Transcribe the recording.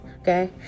okay